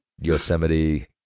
Yosemite